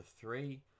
three